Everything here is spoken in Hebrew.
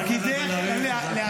אבל שיו"ר --- אתה יכול לרדת מהדוכן,